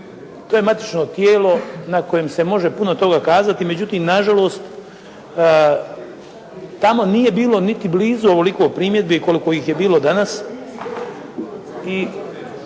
to je matično tijelo na kojem se može puno toga kazati, međutim nažalost tamo nije bilo niti blizu ovoliko primjedbi koliko ih je bilo danas